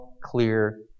clear